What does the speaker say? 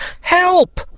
Help